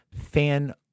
fan